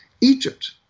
Egypt